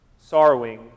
sorrowing